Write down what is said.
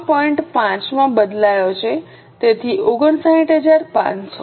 5 માં બદલાયો છે તેથી 59500